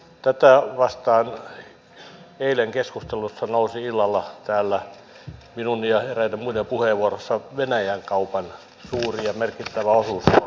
tätä vasten keskustelussa nousi eilen illalla täällä minun ja eräiden muiden puheenvuoroissa venäjän kaupan suuri ja merkittävä osuus suomen viennissä